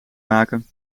maken